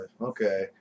Okay